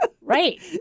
Right